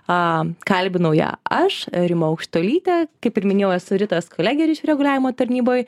am kalbinau ją aš rima aukštuolytė kaip ir minėjau esu ritos kolegė ryšių reguliavimo tarnyboj